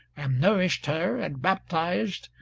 and nourished her, and baptized,